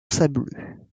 sableux